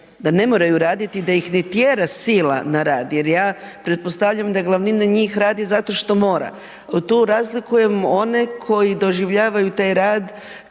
da ne moraju raditi, da ih ne tjera sila na rad, jer ja pretpostavljam da glavnina njih radi zato što mora. Tu razlikujem one koji doživljavaju taj rad